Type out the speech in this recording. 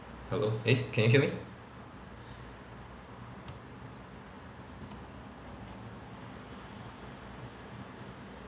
hello eh can you hear me